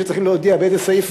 שצריכים להודיע באיזה סעיף